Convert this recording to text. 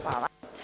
Hvala.